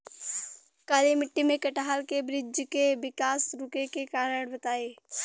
काली मिट्टी में कटहल के बृच्छ के विकास रुके के कारण बताई?